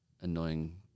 annoying